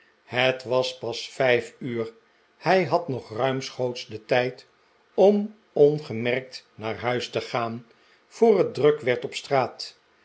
het was pas vijf uur hij had nog ruimschoots den tijd om ongemerkt naar huis te gaan voor het druk werd op straat